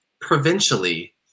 provincially